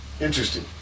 Interesting